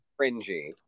cringy